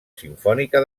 simfònica